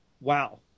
wow